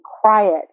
quiet